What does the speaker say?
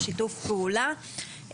בשיתוף פעולה,